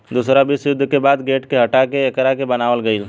दूसरा विश्व युद्ध के बाद गेट के हटा के एकरा के बनावल गईल